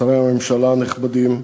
שרי הממשלה הנכבדים,